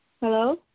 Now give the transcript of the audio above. Hello